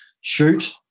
Shoot